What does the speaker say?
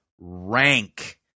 rank